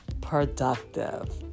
productive